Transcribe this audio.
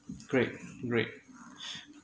great great